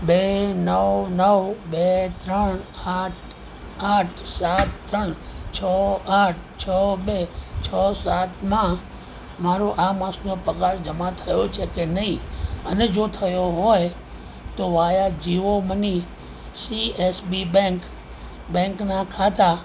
બે નવ નવ બે ત્રણ આઠ આઠ સાત ત્રણ છો આઠ છ બે છ સાતમાં મારો આ માસનો પગાર જમા થયો છે કે નહીં અને જો થયો હોય તો via Jio money CSB bank બેંકનાં ખાતા